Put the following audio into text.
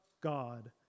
God